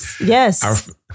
Yes